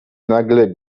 nagle